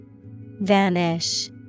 Vanish